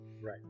Right